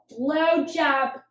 blowjob